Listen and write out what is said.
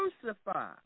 Crucify